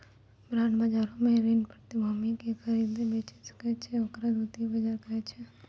bond बजारो मे ऋण प्रतिभूति के खरीदै बेचै सकै छै, ओकरा द्वितीय बजार कहै छै